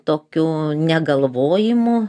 tokiu negalvojimu